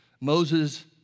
Moses